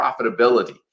profitability